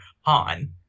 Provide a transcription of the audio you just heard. Han